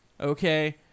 Okay